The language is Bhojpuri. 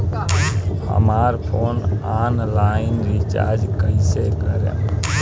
हमार फोन ऑनलाइन रीचार्ज कईसे करेम?